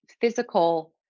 physical